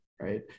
right